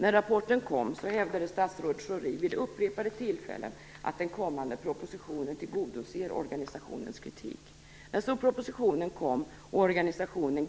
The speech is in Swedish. När rapporten kom hävdade statsrådet Schori vid upprepade tillfällen att den kommande propositionen tillgodoser det organisationen kritiserar. När propositionen kom och organisationen